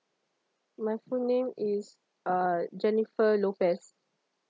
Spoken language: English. my full name is uh jennifer lopez